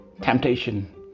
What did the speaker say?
Temptation